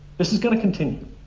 this is going to continue.